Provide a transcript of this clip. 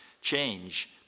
change